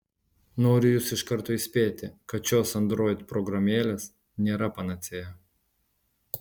noriu jus iš karto įspėti kad šios android programėlės nėra panacėja